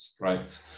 right